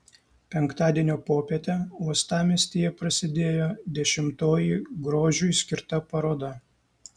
penktadienio popietę uostamiestyje prasidėjo dešimtoji grožiui skirta paroda